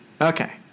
Okay